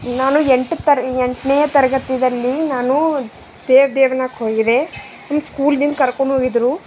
ನಾನು ಎಂಟು ತರ ಎಂಟನೇ ತರಗತಿದಲ್ಲಿ ನಾನು ದೇವ ದೇವನಕ್ಕ ಹೋಗಿದ್ದೆ ನಮ್ಮ ಸ್ಕೂಲ್ದಿಂದ ಕರ್ಕೊಂಡೋಗಿದ್ರು